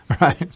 right